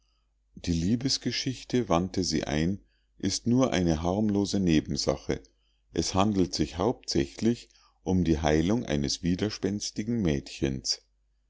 die liebesgeschichte wandte sie ein ist nur eine harmlose nebensache es handelt sich hauptsächlich um die heilung eines widerspenstigen mädchens